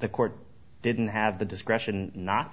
the court didn't have the discretion not